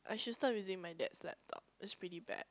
I should stop using my dad's laptop it's pretty bad